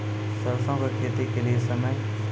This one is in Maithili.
सरसों की खेती के लिए समय?